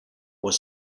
was